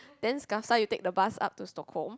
then Kasta you take the bus up to Stokong